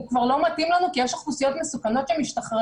כבר לא מתאים לנו כי יש אוכלוסיות מסוכנות שמשתחררות?